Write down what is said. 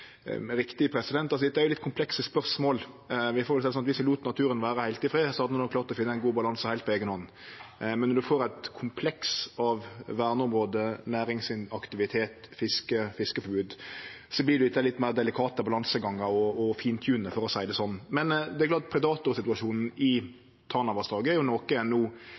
riktig. Dette er litt komplekse spørsmål. Vi får seie det sånn at viss vi lét naturen vere heilt i fred, hadde han nok klart å finne ein god balanse heilt på eiga hand. Men når ein får eit kompleks av verneområde, næringsaktivitet, fiske og fiskeforbod, vert dette litt meir delikate balansegangar å «fin-tune», for å seie det sånn. Men predatorsituasjonen i Tanavassdraget er noko ein no ser på, der det også, trass i at det er